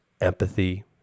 empathy